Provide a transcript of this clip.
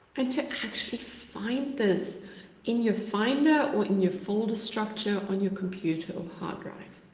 and to actually find this in your finder, or in your folder structure on your computer. or hard drive,